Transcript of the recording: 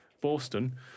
Boston